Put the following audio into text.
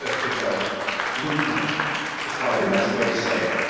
a, it's a blueprint is probably the best way to say it.